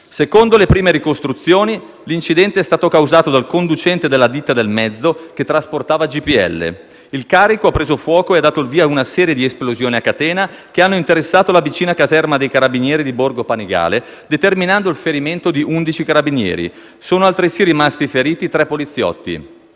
Secondo le prime ricostruzioni, l'incidente è stato causato dal conducente della ditta del mezzo che trasportava GPL. Il carico ha preso fuoco e ha dato il via a una serie di esplosioni a catena, che hanno interessato la vicina caserma dei Carabinieri di Borgo Panigale, determinando il ferimento di undici carabinieri. Sono altresì rimasti feriti tre poliziotti.